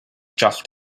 just